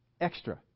extra